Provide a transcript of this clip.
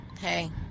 hey